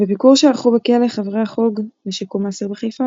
בביקור שערכו בכלא חברי החוג לשיקום האסיר בחיפה,